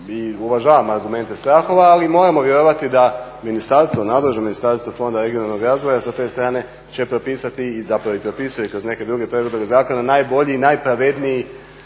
uvažavam argumente strahova, ali moramo vjerovati da ministarstvo, nadležno ministarstvo fonda regionalnog razvoja sa te strane će propisati i zapravo i propisuje kroz neke druge … zakone najbolji i najpravedniji